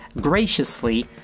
graciously